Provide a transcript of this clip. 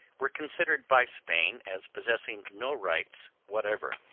were considered by spain as possessing no rights whatever.